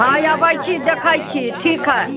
हँ अबैत छी देखैत छी ठीक है